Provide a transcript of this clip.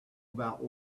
about